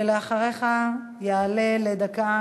ואחריך יעלה לדקה,